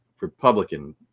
Republican